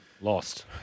lost